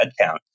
headcount